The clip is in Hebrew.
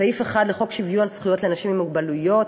סעיף 1 לחוק שוויון זכויות לאנשים עם מוגבלות,